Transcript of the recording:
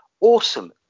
awesome